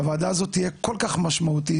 שהוועדה הזאת תהיה כל כך משמעותית,